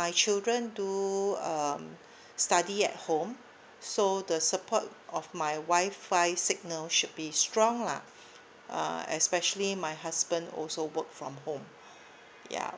my children do um study at home so the support of my Wi-Fi signal should be strong lah uh especially my husband also work from home ya